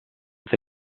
that